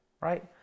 right